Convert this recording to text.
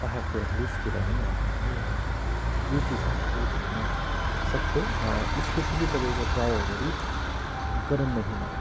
पाहाडतिर हिल्सतिर पनि हामीहरूले यो चिज हामीहरू देख्न सक्छौँ स्पेसियली तपाईँको प्रायः गरी गरम महिनामा